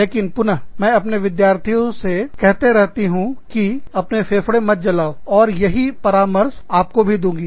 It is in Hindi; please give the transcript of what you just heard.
लेकिन पुन मैं अपने विद्यार्थियों से कहते रहती हूँ कि अपने फेफड़े मत जलाओ और यही परामर्श आपको भी दूंगी